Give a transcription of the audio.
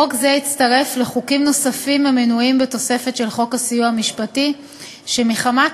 חוק זה יתווסף לחוקים נוספים המנויים בתוספת של חוק הסיוע המשפטי שמחמת